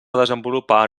desenvolupar